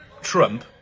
Trump